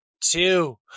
two